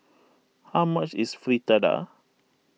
how much is Fritada